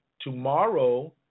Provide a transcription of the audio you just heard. tomorrow